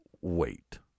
Wait